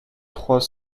trois